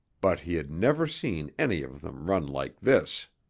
but he had never seen any of them run like this.